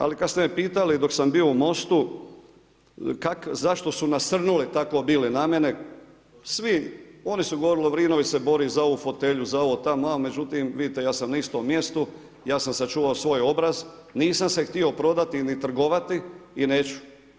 Ali kada ste me pitali dok sam bio u Most-u zašto su nasrnuli tako bili na mene, oni su govorili Lovrinović se bori za ovu fotelju, za ovo tamo, vamo, međutim vidite ja sam na istom mjestu, ja sam sačuvao svoj obraz, nisam se htio prodati ni trgovati i neću.